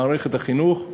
מערכת החינוך,